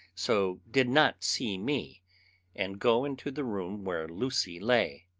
so did not see me and go into the room where lucy lay.